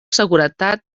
seguretat